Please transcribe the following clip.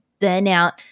burnout